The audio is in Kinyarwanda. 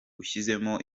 ushyizemo